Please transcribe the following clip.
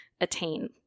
attain